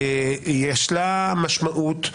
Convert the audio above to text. יש לה משמעות,